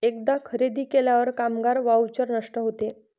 एकदा खरेदी केल्यावर कामगार व्हाउचर नष्ट होते